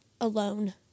alone